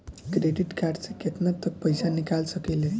Credit card से केतना तक पइसा निकाल सकिले?